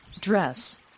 dress